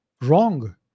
wrong